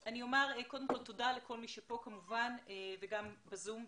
תודה לכל מי שנוכח כאן וגם למי שב-זום.